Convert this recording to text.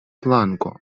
flanko